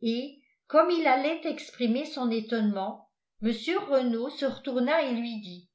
et comme il allait exprimer son étonnement mr renault se retourna et lui dit